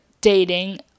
dating